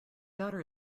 daughter